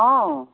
অঁ